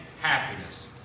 happiness